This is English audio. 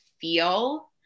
feel